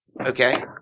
Okay